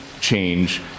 change